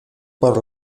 por